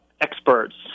experts